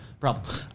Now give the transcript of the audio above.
problem